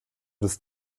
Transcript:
des